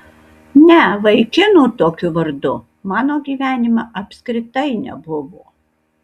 ne vaikinų tokiu vardu mano gyvenime apskritai nebuvo